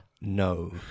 no